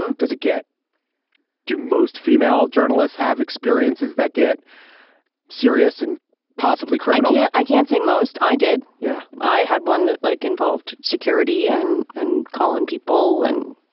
does it get to most female journalists have experiences that get serious and possibly cranky yeah i can't say most i did. yeah, i had one that like involved security and and calling people and,